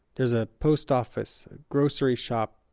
there's a post office, a grocery shop,